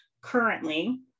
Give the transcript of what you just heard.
currently